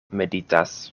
meditas